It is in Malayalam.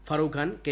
ഫറൂഖ് ഖാൻഒ കെ